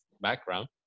background